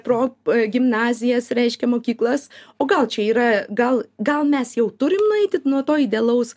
pro p gimnazijas reiškia mokyklas o gal čia yra gal gal mes jau turim nueiti nuo to idealaus